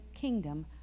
kingdom